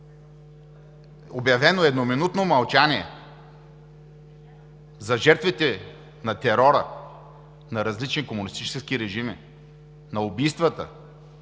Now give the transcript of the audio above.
обявено едноминутно мълчание за жертвите на терора на различни комунистически режими, на убийствата,